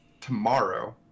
tomorrow